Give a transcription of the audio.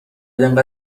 اینقدر